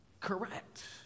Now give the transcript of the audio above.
correct